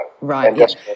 Right